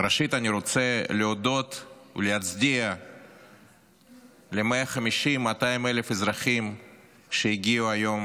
ראשית אני רוצה להודות ולהצדיע ל-150,000 200,000 אזרחים שהגיעו היום